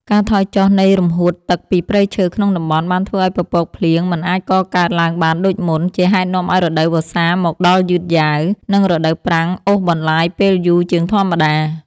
ការថយចុះនៃរំហួតទឹកពីព្រៃឈើក្នុងតំបន់ បានធ្វើឱ្យពពកភ្លៀងមិនអាចកកើតឡើងបានដូចមុន ជាហេតុនាំឱ្យរដូវវស្សាមកដល់យឺតយ៉ាវ និងរដូវប្រាំងអូសបន្លាយពេលយូរជាងធម្មតា។